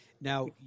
Now